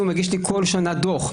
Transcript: הוא מגיש לי כל שנה דוח,